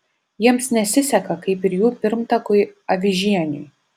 jiems nesiseka kaip ir jų pirmtakui avižieniui